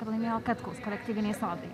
ir laimėjo katkaus kolektyviniai sodai